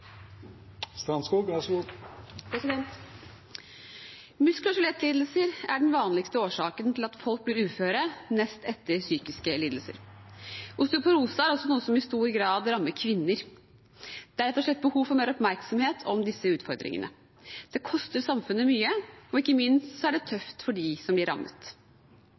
den vanligste årsaken til at folk blir uføre, nest etter psykiske lidelser. Osteoporose er også noe som i stor grad rammer kvinner. Det er rett og slett behov for mer oppmerksomhet om disse utfordringene. Det koster samfunnet mye, og ikke minst er det tøft for dem som blir rammet.